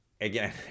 again